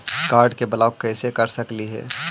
Card के block कैसे कर सकली हे?